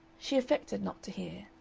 she affected not to hear.